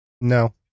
No